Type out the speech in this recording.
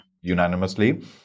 unanimously